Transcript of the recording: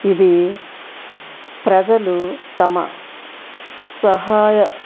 ఇది ప్రజలు తమ సహాయ